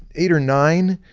eight or nine,